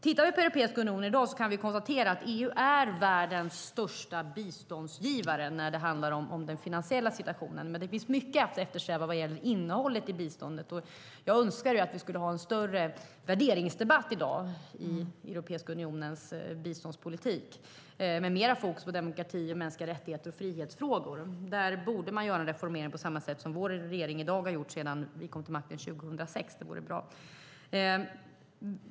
Tittar vi på Europeiska unionen i dag kan vi konstatera att EU är världens största biståndsgivare när det handlar om den finansiella situationen, men det finns mycket att eftersträva vad gäller innehållet i biståndet. Jag önskar ju att vi skulle ha en större värderingsdebatt i Europeiska unionen om biståndspolitik i dag, med mer fokus på demokrati, mänskliga rättigheter och frihetsfrågor. Där borde man göra en reformering på samma sätt som vår regering har gjort sedan vi kom till makten 2006. Det vore bra.